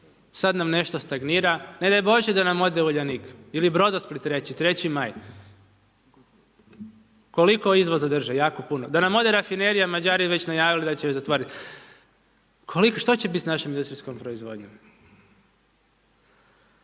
Sada nam nešto stagnira, ne daj Bože da nam ode Uljanik ili Brodosplit, 3.Maj. Koliko izvoza drže? Jako puno. Da nam ode rafinerija, Mađari već najavili da će zatvoriti. Što će biti s našom industrijskom proizvodnjom?